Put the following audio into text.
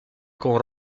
con